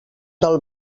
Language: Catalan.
del